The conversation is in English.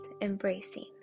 embracing